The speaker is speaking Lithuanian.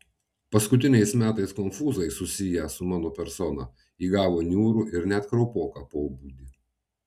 paskutiniais metais konfūzai susiję su mano persona įgavo niūrų ir net kraupoką pobūdį